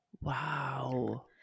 wow